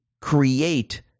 create